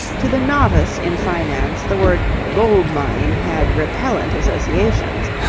to the novice in finance the word gold-mine had repellent associations.